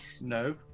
No